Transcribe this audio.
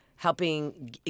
helping